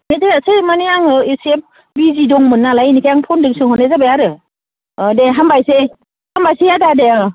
दे दोननोसै माने आङो एसे बिजि दंमोननालाय इनिखायनो आं फनजों सोंहरनाय जाबाय आरो अ दे हामबायसै हामबायसै आदा दे